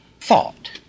thought